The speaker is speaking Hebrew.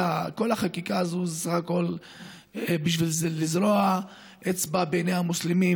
כל החקיקה הזאת היא בסך הכול בשביל לתקוע אצבע בעיני המוסלמים,